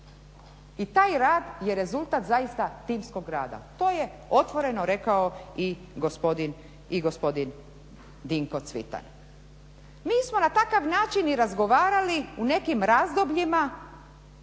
I taj rad je rezultat zaista timskog rada. To je otvoreno rekao i gospodin Dinko Cvitan. Mi smo na takav način i razgovarali u nekim razdobljima